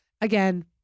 Again